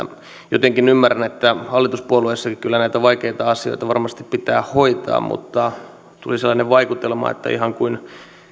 jotenkin ymmärrän että hallituspuolueissakin kyllä näitä vaikeita asioita varmasti pitää hoitaa mutta tuli sellainen vaikutelma että ihan kuin